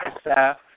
staff